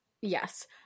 Yes